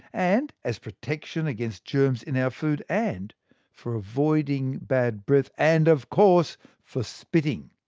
and as protection against germs in our food, and for avoiding bad breath and of course for spitting.